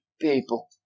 people